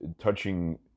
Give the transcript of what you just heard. touching